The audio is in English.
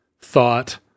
thought